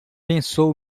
pensou